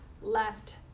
left